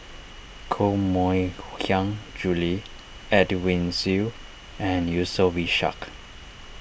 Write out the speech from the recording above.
Koh Mui Hiang Julie Edwin Siew and Yusof Ishak